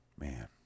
Man